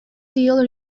deal